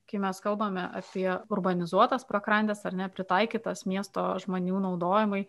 kai mes kalbame apie urbanizuotas pakrantes ar ne pritaikytas miesto žmonių naudojimui